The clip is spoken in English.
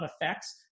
effects